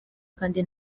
kandi